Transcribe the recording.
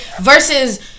Versus